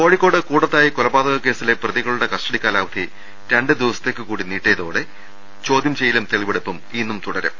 കോഴിക്കോട് കൂടത്തായി കൊലപാതക കേസിലെ പ്രതികളുടെ കസ്റ്റഡി കാലാവധി രണ്ടുദിവസേത്ത് കൂടി നീട്ടിയതോടെ ചോദ്യം ചെയ്യലും തെളിവെടുപ്പും തുടരും